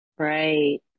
right